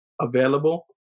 available